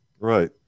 right